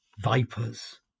vipers